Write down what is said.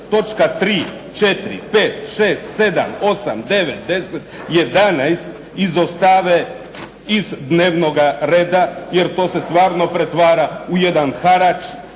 točka 3., 4., 5., 6., 7., 8., 9., 10., 11. izostave iz dnevnoga reda jer to se stvarno pretvara u jedan harač